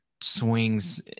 swings